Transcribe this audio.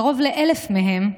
קרוב ל-1,000 מהם,